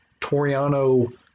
Toriano